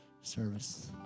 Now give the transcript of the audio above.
service